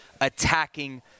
attacking